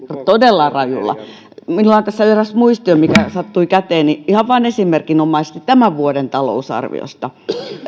todella rajulla minulla on tässä eräs muistio mikä sattui käteeni ihan vain esimerkinomaisesti tämän vuoden talousarviosta